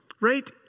Right